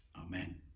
Amen